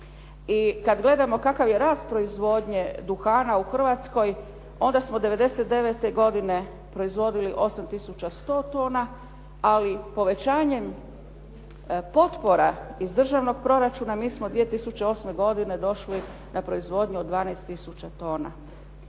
kad gledamo kakav je rast proizvodnje duhana u Hrvatskoj, onda smo '99. godine proizvodili 8100 tona. Ali povećanjem potpora iz državnog proračuna mi smo 2008. godine došli na proizvodnju od 12000 tona.